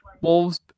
wolves